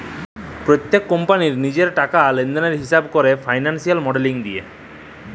প্যত্তেক কম্পালির লিজের টাকা লেলদেলের হিঁসাব ক্যরা ফিল্যালসিয়াল মডেলিং দিয়ে